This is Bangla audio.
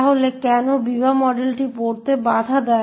তাহলে কেন বিবা মডেলটি পড়তে বাধা দেয়